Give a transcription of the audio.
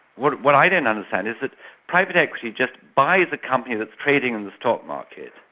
what what i don't understand is that private equity just buys the company that's trading in the stock market,